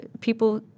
people